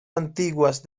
antiguas